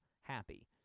happy